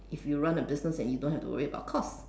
if you run a business and you don't have to worry about cost